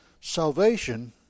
Salvation